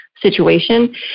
situation